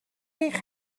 eich